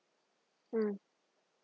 mm